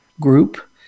Group